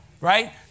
Right